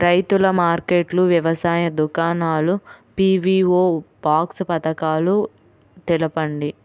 రైతుల మార్కెట్లు, వ్యవసాయ దుకాణాలు, పీ.వీ.ఓ బాక్స్ పథకాలు తెలుపండి?